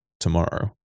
tomorrow